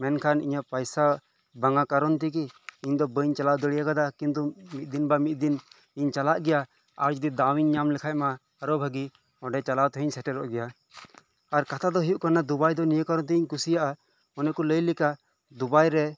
ᱢᱮᱱᱠᱷᱟᱱ ᱤᱧᱟᱹᱜ ᱯᱚᱭᱥᱟ ᱵᱟᱸᱝᱟ ᱠᱟᱨᱚᱱ ᱛᱮᱜᱮ ᱤᱧ ᱫᱚ ᱵᱟᱧ ᱪᱟᱞᱟᱣ ᱫᱟᱲᱮ ᱟᱠᱟᱫᱟ ᱠᱤᱱᱛᱩ ᱢᱤᱫ ᱫᱤᱱ ᱵᱟᱝ ᱢᱤᱫ ᱫᱤᱱ ᱤᱧ ᱪᱟᱞᱟᱜ ᱜᱮᱭᱟ ᱟᱨ ᱡᱩᱫᱤ ᱫᱟᱣ ᱤᱧ ᱧᱟᱢ ᱞᱮᱠᱷᱟᱱ ᱢᱟ ᱟᱨᱚ ᱵᱷᱟᱜᱮ ᱚᱸᱰᱮ ᱪᱟᱞᱟᱣ ᱛᱮᱦᱚᱧ ᱥᱮᱴᱮᱨᱚᱜ ᱜᱮᱭᱟ ᱟᱨ ᱠᱟᱛᱷᱟ ᱫᱚ ᱦᱳᱭᱳᱜ ᱠᱟᱱᱟ ᱫᱩᱵᱟᱭ ᱫᱚ ᱱᱤᱭᱟᱹ ᱠᱟᱨᱚᱱ ᱛᱮᱜᱮᱧ ᱠᱩᱥᱤᱭᱟᱜᱼᱟ ᱚᱱᱮ ᱠᱚ ᱞᱟᱹᱭ ᱞᱮᱠᱟ ᱫᱩᱵᱟᱭ ᱨᱮ